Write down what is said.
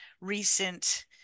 recent